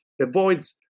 avoids